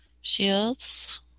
shields